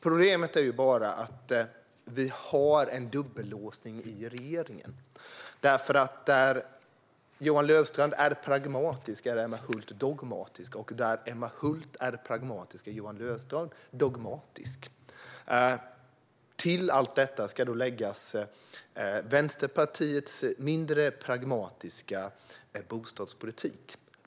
Problemet är bara att det är en dubbellåsning i regeringen, därför att där Johan Löfstrand är pragmatisk är Emma Hult dogmatisk, och där Emma Hult är pragmatisk är Johan Löfstrand dogmatisk. Till allt detta ska läggas Vänsterpartiets mindre pragmatiska bostadspolitik.